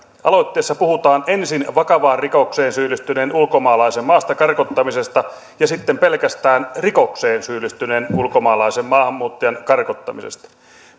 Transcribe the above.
aloitteessa puhutaan ensin vakavaan rikokseen syyllistyneen ulkomaalaisen maasta karkottamisesta ja sitten pelkästään rikokseen syyllistyneen ulkomaalaisen maahanmuuttajan karkottamisesta